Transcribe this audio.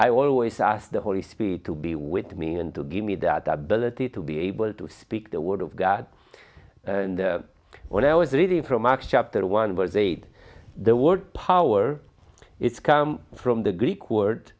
i always asked the holy spirit to be with me and to give me that ability to be able to speak the word of god and when i was reading from acts chapter one verse eight the word power it's come from the greek word